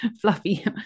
fluffy